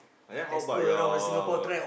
then how about your